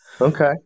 Okay